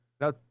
Now